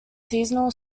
seasonal